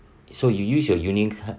so you use your Union card